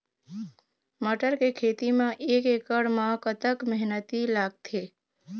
मटर के खेती म एक एकड़ म कतक मेहनती लागथे?